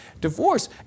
divorce